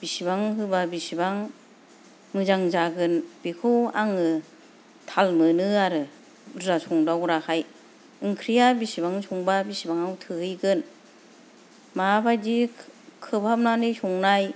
बेसेबां होबा बिसिबां मोजां जागोन बेखौ आङो थाल मोनो आरो बुरजा संदावग्राखाय ओंख्रिया बेसेबाङाव संबा बेसेबाङाव थोहैगोन माबादि खोबहाबनानै संनाय